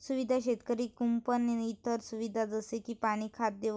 सुविधा शेतकरी कुंपण इतर सुविधा जसे की पाणी, खाद्य,